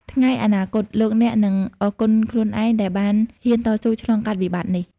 ថ្ងៃអនាគត លោកអ្នកនឹងអរគុណខ្លួនឯងដែលបានហ៊ានតស៊ូឆ្លងកាត់វិបត្តិនេះ។